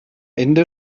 ende